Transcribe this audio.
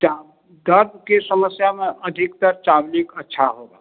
क्या दर्द की समस्या में अधिकतर अच्छा हो